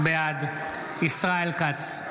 בעד ישראל כץ,